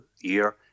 year